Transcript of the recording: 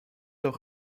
auch